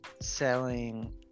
selling